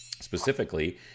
specifically